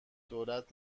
دولت